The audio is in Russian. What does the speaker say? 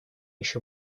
еще